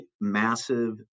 massive